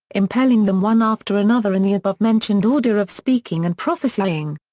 impelling them one after another in the above-mentioned order of speaking and prophesying.